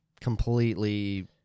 completely